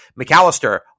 McAllister